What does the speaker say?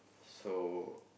so